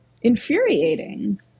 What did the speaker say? infuriating